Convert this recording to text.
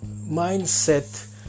mindset